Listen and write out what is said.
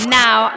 now